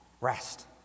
rest